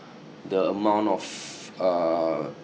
the amount of uh